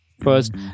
First